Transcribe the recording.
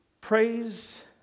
Praise